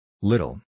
Little